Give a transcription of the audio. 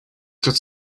could